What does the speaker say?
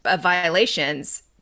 violations